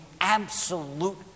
absolute